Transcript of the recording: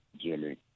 Jimmy